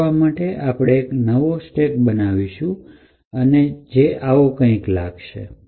એ કરવા માટે આપણે આપણો સ્ટેક બનાવો જોઈશે કે જે આવો કંઈક લાગશે